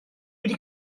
wedi